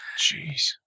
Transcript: Jeez